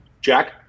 Jack